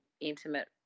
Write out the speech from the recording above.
intimate